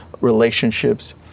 Relationships